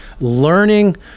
learning